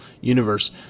universe